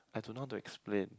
I don't know how to explain